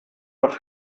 noch